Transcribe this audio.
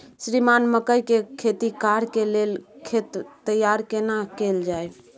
श्रीमान मकई के खेती कॉर के लेल खेत तैयार केना कैल जाए?